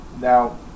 Now